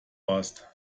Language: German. warst